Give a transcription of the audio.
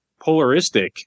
polaristic